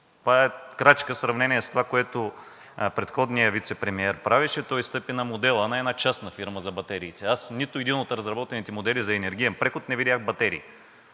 Това е крачка в сравнение с това, което предходният вицепремиер правеше. Той стъпи на модела на една частна фирма за батериите. Аз в нито един от разработените модели за енергиен преход не видях батерии.